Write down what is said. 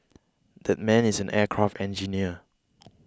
that man is an aircraft engineer